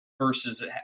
versus